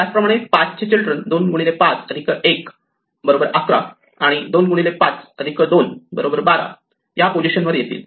त्याचप्रमाणे 5 चे चिल्ड्रन 25 1 11 आणि 25 2 12 या पोझिशन वर येतील